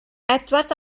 edward